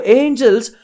angels